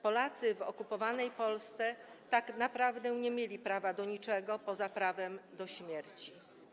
Polacy w okupowanej Polsce tak naprawdę nie mieli prawa do niczego poza prawem do śmierci.